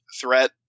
threat